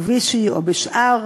השבוע ונמשכת